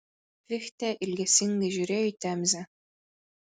fichtė ilgesingai žiūrėjo į temzę